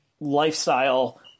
lifestyle